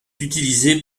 utilisé